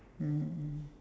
mmhmm